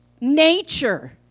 nature